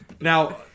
now